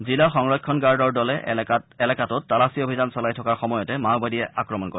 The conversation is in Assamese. জিলা সংৰক্ষণ গাৰ্ডৰ দলে এলেকাত তালাচী অভিযান চলাই থকাৰ সময়তে মাওবাদীয়ে আক্ৰমণ কৰে